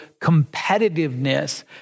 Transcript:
competitiveness